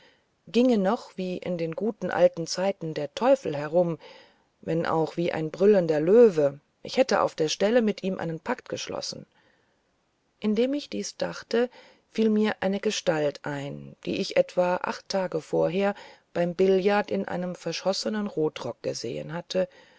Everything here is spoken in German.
ginge noch wie in den guten alten zeiten der teufel herum wenn auch wie ein brüllender löwe ich hätte auf der stelle mit ihm einen pakt geschlossen indem ich dies dachte fiel mir eine gestalt ein die ich etwa acht tage vorher beim billard in einem verschossenen rotrock gesehen hatte